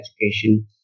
education